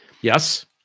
yes